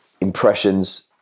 impressions